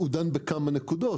הוא דן בכמה נקודות,